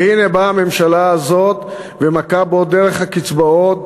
והנה באה הממשלה הזאת ומכה בו דרך הקצבאות,